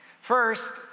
First